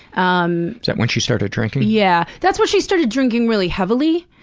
um that when she started drinking? yeah, that's when she started drinking really heavily,